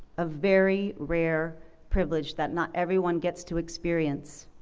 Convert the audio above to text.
a very rare privilege that not everyone gets to experience.